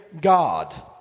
God